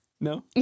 No